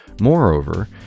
Moreover